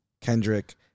Kendrick